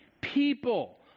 people